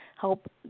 help